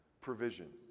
provision